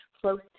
close